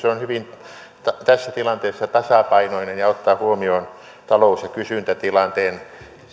on tässä tilanteessa hyvin tasapainoinen ja ottaa huomioon talous ja kysyntätilanteen